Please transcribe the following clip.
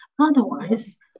Otherwise